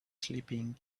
sleeping